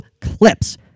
clips